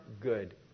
good